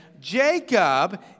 Jacob